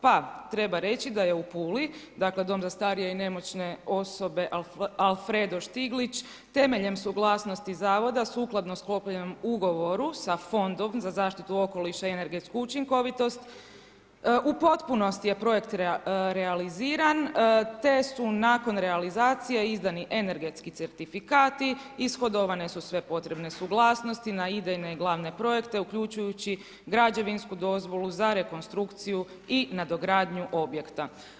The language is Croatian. Pa treba reći da je u Puli, dakle Dom za starije i nemoćne osobe Alfredo Štiglić temeljem suglasnosti zavoda sukladno sklopljenom ugovoru sa Fondom za zaštitu okoliša i energetsku učinkovitost u potpunosti je projekt realiziran, te su nakon realizacije izdani energetski certifikati, ishodovane su sve potrebne suglasnosti na idejne glavne projekte uključujući građevinsku dozvolu za rekonstrukciju i nadogradnju objekta.